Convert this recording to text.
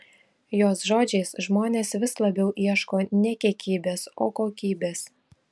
jos žodžiais žmonės vis labiau ieško ne kiekybės o kokybės